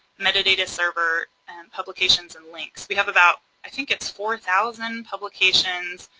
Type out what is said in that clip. meta-data server, and publications and links. we have about, i think its four thousand publications,